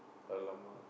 !alamak!